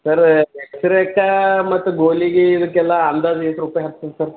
sir ಎಕ್ಸ್ ರೇಕಾ ಮತ್ತು ಗೋಲಿಗೆ ಇದಕ್ಕೆಲ್ಲ ಅಂದಾಜು ಎಷ್ಟ್ ರೂಪಾಯಿ ಆಗ್ತದೆ ಸರ್